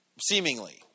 Seemingly